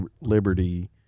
liberty